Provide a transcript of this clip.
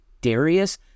Darius